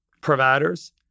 providers